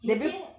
姐姐